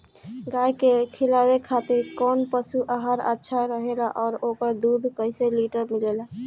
गाय के खिलावे खातिर काउन पशु आहार अच्छा रहेला और ओकर दुध कइसे लीटर मिलेला?